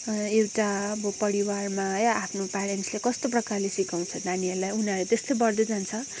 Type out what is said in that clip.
एउटा अब परिवारमा है आफ्नो पेरेन्ट्सले कस्तो प्रकारले सिकाउँछ नानीहरूलाई उनीहरूलाई त्यस्तै बढ्दै जान्छ